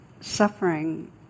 suffering